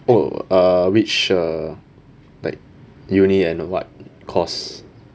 oh uh which uh like uni and what course